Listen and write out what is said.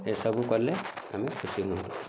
ଏ ସବୁ କଲେ ଆମେ ଖୁସି ରହିବୁ